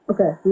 Okay